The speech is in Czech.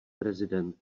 prezident